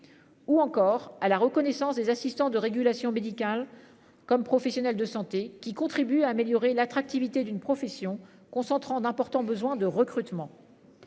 Ou encore à la reconnaissance des assistants de régulation médicale comme professionnel de santé qui contribue à améliorer l'attractivité d'une profession concentrant d'importants besoins de recrutement.